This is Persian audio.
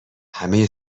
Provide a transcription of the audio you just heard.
همه